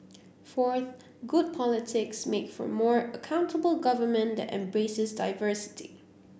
fourth good politics make for more accountable government that embraces diversity